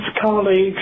colleagues